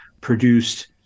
produced